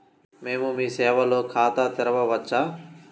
మేము మీ సేవలో ఖాతా తెరవవచ్చా?